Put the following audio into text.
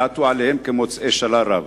ועטו עליהם כמוצאי שלל רב.